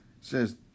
says